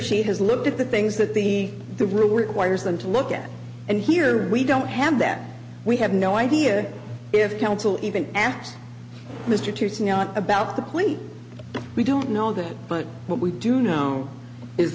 she has looked at the things that the the rule requires them to look at and here we don't have that we have no idea if counsel even asked mr tusayan about the police we don't know that but what we do know is